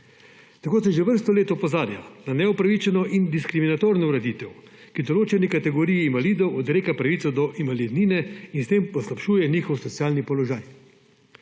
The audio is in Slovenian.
Tako se že vrsto let opozarja na neupravičeno in diskriminatorno ureditev, ki določeni kategoriji invalidov odreka pravico do invalidnine in s tem poslabšuje njihov socialni položaj.